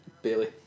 Bailey